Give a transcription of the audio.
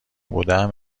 بودم